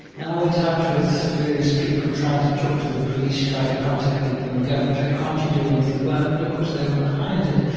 and i went out with various people, tried to talk to the police, tried to contact people in the government, tried, can't you do anything about it? but, of course, they were behind it.